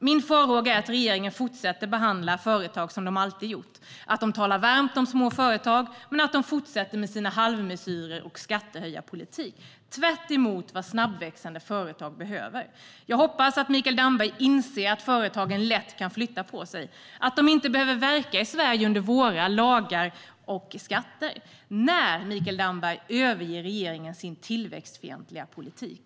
Min farhåga är att regeringen fortsätter behandla företag som man alltid har gjort. Man talar varmt om små företag men fortsätter med sina halvmesyrer och sin skattehöjarpolitik - tvärtemot vad snabbväxande företag behöver. Jag hoppas att Mikael Damberg inser att företagen lätt kan flytta på sig och att de inte behöver verka i Sverige under våra lagar och skatter. När, Mikael Damberg, överger regeringen sin tillväxtfientliga politik?